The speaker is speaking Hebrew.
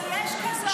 אבל יש כזאת.